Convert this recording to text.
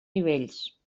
nivells